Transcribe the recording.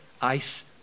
ice